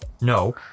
No